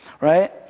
right